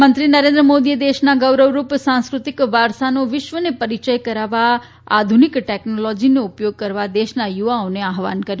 પ્રધાનમંત્રી નરેન્દ્ર મોદીએ દેશના ગૌરવરૂપ સાંસ્કૃતિક વારસાનો વિશ્વને પરીચય કરાવવા આધુનીક ટેકનોલોજીનો ઉપયોગ કરવા દેશના યુવાઓને આહવાન કર્યુ છે